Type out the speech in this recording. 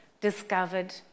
discovered